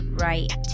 right